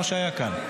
מה שהיה כאן.